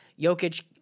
Jokic